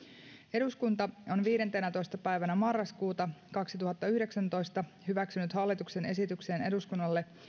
eduskunta on viidentenätoista päivänä marraskuuta kaksituhattayhdeksäntoista hyväksynyt hallituksen esitykseen eduskunnalle